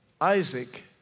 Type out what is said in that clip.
Isaac